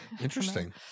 Interesting